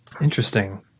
interesting